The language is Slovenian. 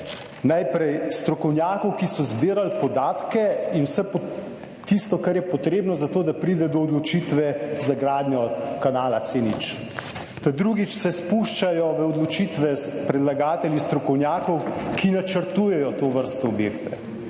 najprej strokovnjakov, ki so zbirali podatke in vse tisto, kar je potrebno za to, da pride do odločitve za gradnjo kanala C0. Ta drugič se spuščajo v odločitve predlagatelji strokovnjakov, ki načrtujejo tovrstne objekte,